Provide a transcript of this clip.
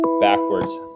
backwards